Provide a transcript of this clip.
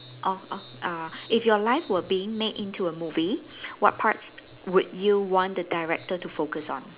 oh oh err if your life were being made into a movie what parts would you want the director to focus on